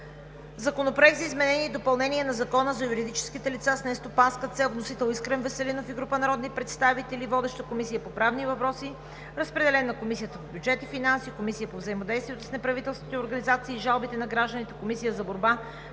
Законопроект за изменение и допълнение на Закона за юридическите лица с нестопанска цел. Вносители – Искрен Веселинов и група народни представители. Водеща е Комисията по правни въпроси. Разпределен е на Комисията по бюджет и финанси, Комисията по взаимодействие с неправителствените организации и жалбите на гражданите, Комисията за борбата